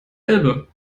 elbe